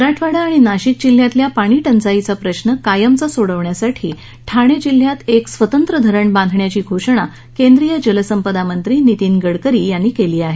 मराठवाडा आणि नाशिक जिल्हयांतल्या पाणीटंचाईचा प्रश्न कायमचा सोडवण्यासाठी ठाणे जिल्ह्यात एक स्वतंत्र धरण बांधण्याची घोषणा केंद्रीय जलसंपदा मंत्री नितिन गडकरी यांनी केली आहे